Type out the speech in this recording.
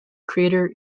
crater